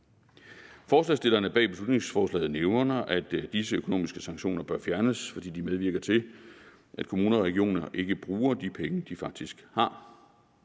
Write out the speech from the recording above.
Forslagsstillerne bag beslutningsforslaget nævner, at disse økonomiske sanktioner bør fjernes, fordi de medvirker til, at kommuner og regioner ikke bruger de penge, de faktisk har.